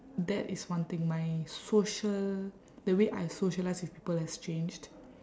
that is one thing my social the way I socialise with people has changed